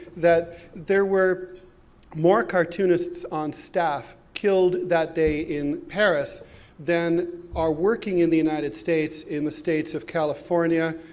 that there were more cartoonists on staff killed that day in paris than are working in the united states, in the states of california,